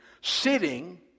sitting